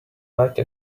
like